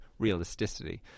realisticity